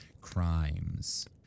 crimes